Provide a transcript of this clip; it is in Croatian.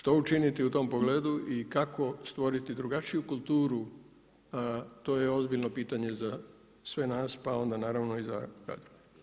Što učiniti u tom pogledu i kako stvoriti drugačiju kulturu to je ozbiljno pitanje za sve nas pa onda naravno i za građane.